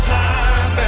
time